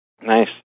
Nice